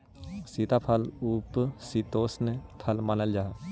सीताफल उपशीतोष्ण फल मानल जा हाई